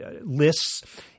Lists